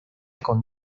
con